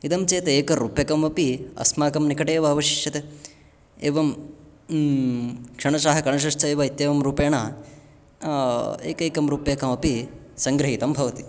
इदं चेत् एकरूप्यकमपि अस्माकं निकटे एव आवश्यकम् एवं क्षणशः कणशश्चैव इत्येवं रूपेण एकैकं रूप्यकमपि सङ्गृहीतं भवति